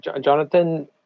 Jonathan